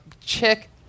chick